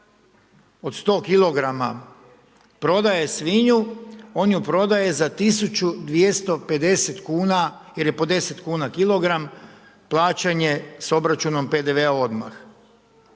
od 100 kg prodaje svinju, on ju prodaje za 1250 kn jer je po 10 kn kilogram, plaćanje s obračunom PDV-a odmah.